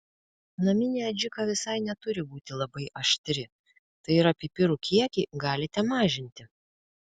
naminė adžika visai neturi būti labai aštri tai yra pipirų kiekį galite mažinti